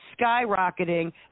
skyrocketing